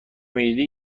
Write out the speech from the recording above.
میدیدی